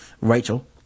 Rachel